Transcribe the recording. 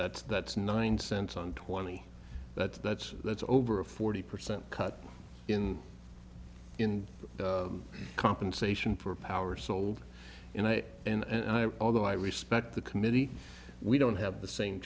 that's that's nine cents on twenty that's that's that's over a forty percent cut in in compensation for power sold and although i respect the committee we don't have the same